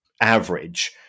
average –